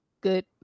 good